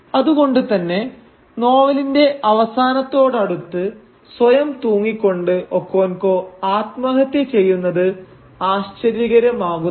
അതുകൊണ്ടുതന്നെ നോവലിന്റെ അവസാനത്തോടടുത്ത് സ്വയം തൂങ്ങിക്കൊണ്ട് ഒക്കോൻകോ ആത്മഹത്യ ചെയ്യുന്നത് ആശ്ചര്യകരമാകുന്നില്ല